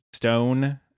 Stone